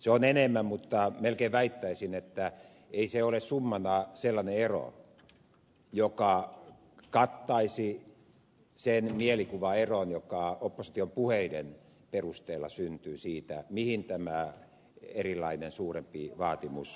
se on enemmän mutta melkein väittäisin että ei se ole summana sellainen ero joka kattaisi sen mielikuvaeron joka opposition puheiden perusteella syntyy siitä mihin tämä erilainen suurempi vaatimus riittäisi